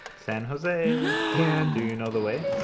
san jose. and do you know the way.